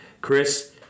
Chris